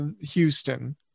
Houston